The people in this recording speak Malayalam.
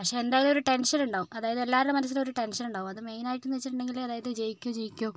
പക്ഷെ എന്തായാലും ഒരു ടെൻഷൻ ഉണ്ടാകും അതായത് എല്ലാവരുടെ മനസ്സിലും ഒരു ടെൻഷൻ ഉണ്ടാകും അത് മെയിൻ ആയിട്ട് എന്ന് വെച്ചിട്ടുണ്ടെങ്കില് അതായത് ജയിക്കുമോ ജയിക്കുമോ